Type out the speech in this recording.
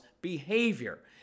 behavior